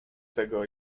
tego